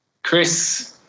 Chris